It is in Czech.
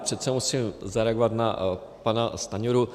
Přece jen musím zareagovat na pana Stanjuru.